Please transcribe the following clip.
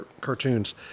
cartoons